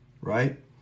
right